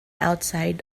outside